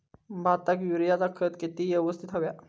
भाताक युरियाचा खत किती यवस्तित हव्या?